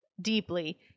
deeply